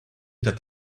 that